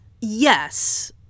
Yes